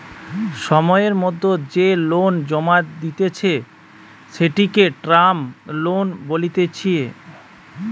সময়ের মধ্যে যে লোন জমা দিতেছে, সেটিকে টার্ম লোন বলতিছে